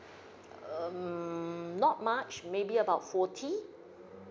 um not much maybe about forty